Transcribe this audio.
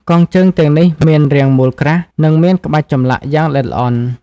កងជើងទាំងនេះមានរាងមូលក្រាស់ និងមានក្បាច់ចម្លាក់យ៉ាងល្អិតល្អន់។